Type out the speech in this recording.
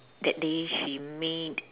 that day she made